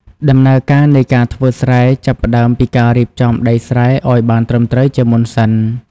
ដំណើរការនៃការធ្វើស្រែចាប់ផ្តើមពីការរៀបចំដីស្រែឱ្យបានត្រឹមត្រូវជាមុនសិន។